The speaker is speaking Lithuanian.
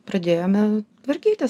pradėjome tvarkytis